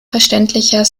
verständlicher